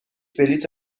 بلیط